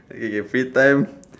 okay okay free time